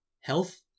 health